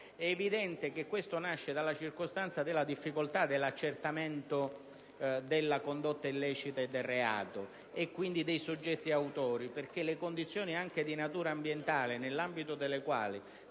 È evidente che questo nasce dalla circostanza della difficoltà dell'accertamento della condotta illecita e del reato, e quindi dei soggetti autori. Infatti le condizioni, anche di natura ambientale, nell'ambito delle quali